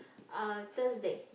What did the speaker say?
uh Thursday